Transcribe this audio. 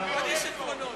אוהו, עוד איש עקרונות.